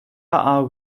are